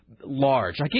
large